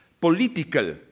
political